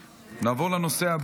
נתקבלה.